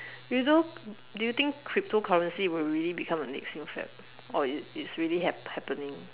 you know do you think cryptocurrency will really become the next new fad or it's it's already hap~ happening